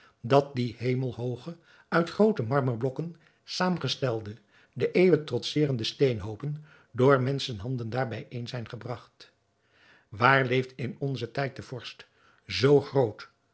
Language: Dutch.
dat die hemelhooge uit groote marmerblokken zaâmgestelde de eeuwen trotserende steenhoopen door menschenhanden daar bijeen zijn gebragt waar leeft in onzen tijd de vorst zoo groot